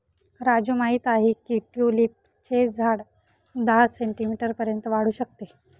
राजू माहित आहे की ट्यूलिपचे झाड दहा सेंटीमीटर पर्यंत वाढू शकते